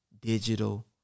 digital